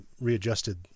readjusted